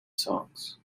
songs